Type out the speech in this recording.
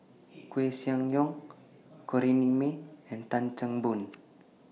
Koeh Sia Yong Corrinne May and Tan Chan Boon